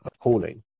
appalling